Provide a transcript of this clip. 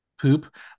poop